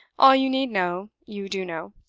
all you need know, you do know.